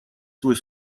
свой